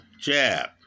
jab